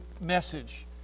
message